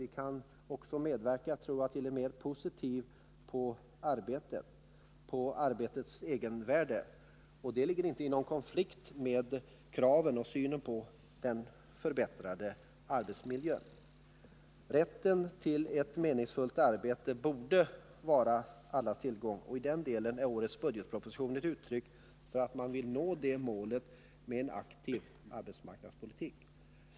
Vi kan medverka till en mera positiv syn på arbetets egenvärde. Det står inte i konflikt med kraven på förbättrad arbetsmiljö. Ett meningsfullt arbete borde vara en rättighet för alla, och i den delen är årets budgetproposition ett uttryck för att man vill nå det målet med en aktiv arbetsmarknadspolitik.